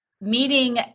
meeting